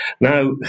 Now